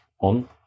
on